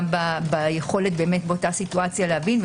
גם ביכולת באותה סיטואציה להבין,